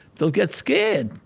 they'll get scared.